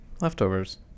Leftovers